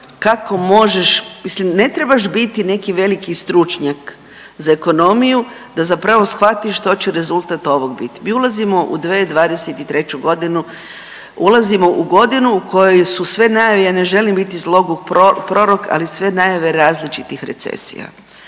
kako možeš, mislim ne trebaš biti neki veliki stručnjak za ekonomiju da zapravo shvatiš što će rezultat ovog bit. Mi ulazimo u 2023.g., ulazimo u godinu u kojoj su sve najave, ja ne želim biti zloguk prorok, ali sve najave različitih recesija.